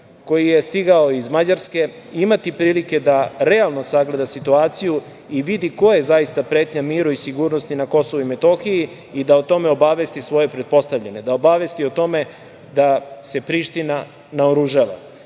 koji je stigao iz Mađarske, imati prilike da realno sagleda situaciju i vidi ko je zaista pretnja miru i sigurnosti na Kosovu i Metohiji i da o tome obavesti svoje pretpostavljene, da obavesti o tome da se Priština naoružava. Mediji